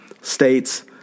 states